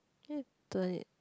turn it